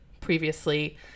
previously